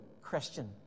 Christian